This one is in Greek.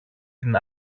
την